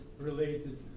related